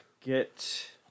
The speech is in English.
get